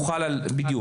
בדיוק.